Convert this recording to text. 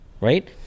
right